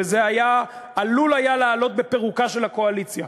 וזה עלול היה לעלות בפירוקה של הקואליציה.